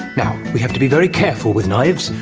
now we have to be very careful with knives.